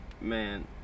Man